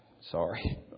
Sorry